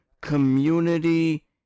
community